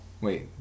Wait